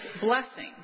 blessing